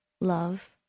love